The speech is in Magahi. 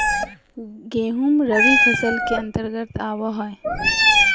गेंहूँ रबी फसल के अंतर्गत आबो हय